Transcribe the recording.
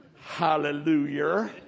Hallelujah